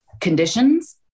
conditions